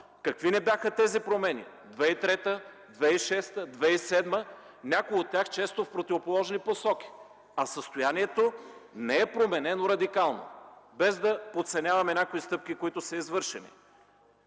какви ли не бяха тези промени – 2003 г., 2006 г., 2007 г., някои от тях често в противоположни посоки?! А състоянието не е променено радикално, без да подценяваме някои стъпки, които са извършени.